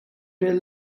rel